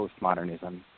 postmodernism